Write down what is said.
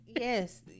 Yes